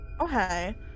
Okay